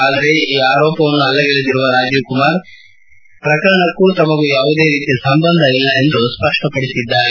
ಆದರೆ ಈ ಆರೋಪವನ್ನು ಅಲ್ಲಗಳೆದಿರುವ ರಾಜೀವ್ ಕುಮಾರ್ ಪ್ರಕರಣಕ್ಕೆ ಸಂಬಂಧಿಸಿದಂತೆ ನನಗೆ ಯಾವುದೇ ರೀತಿಯ ಸಂಬಂಧ ಇಲ್ಲ ಎಂದು ಸ್ವಷ್ಟಪಡಿಸಿದ್ದಾರೆ